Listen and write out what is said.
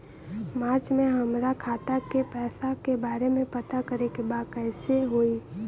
मार्च में हमरा खाता के पैसा के बारे में पता करे के बा कइसे होई?